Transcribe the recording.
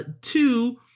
Two